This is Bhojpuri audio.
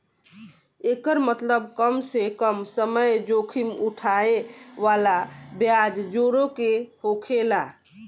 एकर मतबल कम से कम समय जोखिम उठाए वाला ब्याज जोड़े के होकेला